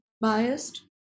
biased